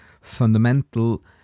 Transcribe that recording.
fundamental